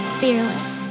fearless